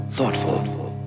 Thoughtful